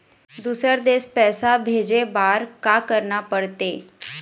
दुसर देश पैसा भेजे बार का करना पड़ते?